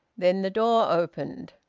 then the door opened,